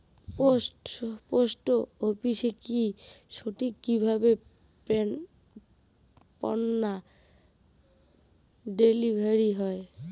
Post অফিসে কি সঠিক কিভাবে পন্য ডেলিভারি হয়?